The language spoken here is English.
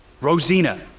Rosina